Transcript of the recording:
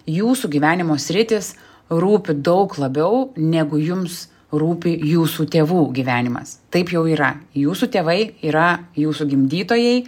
jūsų gyvenimo sritys rūpi daug labiau negu jums rūpi jūsų tėvų gyvenimas taip jau yra jūsų tėvai yra jūsų gimdytojai